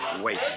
Wait